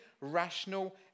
rational